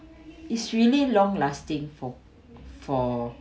it's really long lasting for for